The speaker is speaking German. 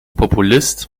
populist